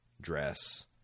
dress